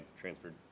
transferred